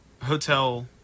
hotel